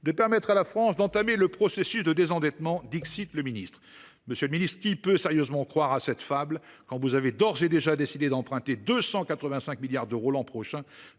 de permettre à la France d’entamer le processus de désendettement ». Monsieur le ministre, qui peut sérieusement croire à cette fable, alors que vous avez d’ores et déjà décidé d’emprunter 285 milliards d’euros l’an prochain